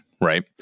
right